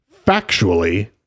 factually